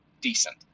decent